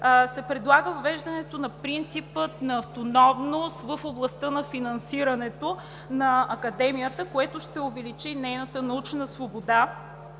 се предлага въвеждането на принципа на автономност в областта на финансирането на Академията. Това ще увеличи нейната научна свобода,